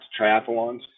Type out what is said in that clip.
triathlons